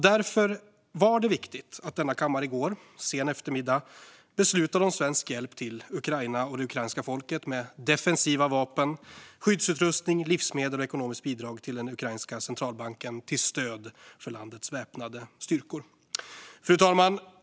Därför var det viktigt att denna kammare i går, sen eftermiddag, beslutade om svensk hjälp till Ukraina och det ukrainska folket med defensiva vapen, skyddsutrustning, livsmedel samt ekonomiskt bidrag till den ukrainska centralbanken till stöd för landets väpnade styrkor. Fru talman!